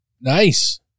Nice